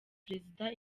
perezida